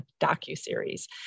docuseries